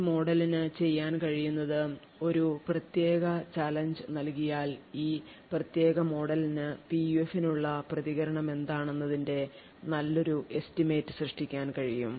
ഈ മോഡലിന് ചെയ്യാൻ കഴിയുന്നത് ഒരു പ്രത്യേക ചാലഞ്ച് നൽകിയാൽ ഈ പ്രത്യേക മോഡലിന് PUF നുള്ള പ്രതികരണം എന്താണെന്നതിന്റെ നല്ലൊരു എസ്റ്റിമേറ്റ് സൃഷ്ടിക്കാൻ കഴിയും